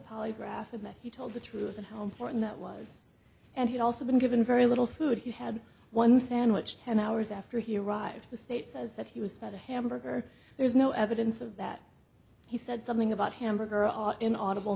polygraph and that he told the truth of how important that was and had also been given very little food he had one sandwich ten hours after he arrived the state says that he was not a hamburger there is no evidence of that he said something about hamburger out in audible